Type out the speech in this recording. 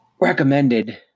Recommended